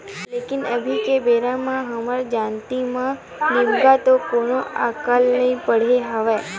लेकिन अभी के बेरा म हमर जानती म निमगा तो कोनो अकाल नइ पड़े हवय